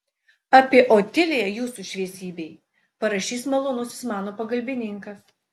apie otiliją jūsų šviesybei parašys malonusis mano pagalbininkas